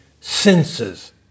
senses